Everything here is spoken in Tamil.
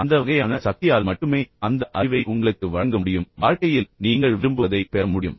அந்த வகையான சக்தியால் மட்டுமே அந்த அறிவை உங்களுக்கு வழங்க முடியும் உங்கள் வாழ்க்கையில் நீங்கள் விரும்புவதை நீங்கள் பெற முடியும்